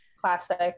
Classic